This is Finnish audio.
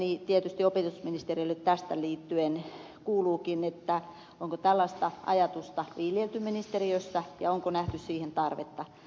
kysymykseni tietysti opetusministerille tähän liittyen kuuluukin onko tällaista ajatusta viljelty ministeriössä ja onko nähty siihen tarvetta